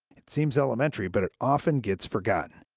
it seems elementary, but it often gets forgotten.